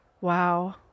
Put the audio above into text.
Wow